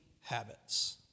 habits